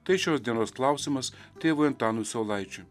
tai šios dienos klausimas tėvui antanui saulaičiui